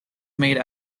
made